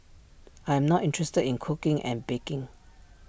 I am not interested in cooking and baking